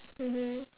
mmhmm